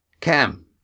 Cam